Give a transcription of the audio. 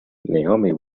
naomi